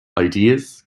ideas